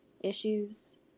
issues